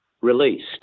released